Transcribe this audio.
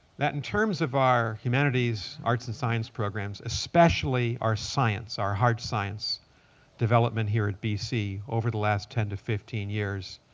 that in terms of our humanities, arts, and science programs, especially our science, our hard science development here at bc over the last ten to fifteen years,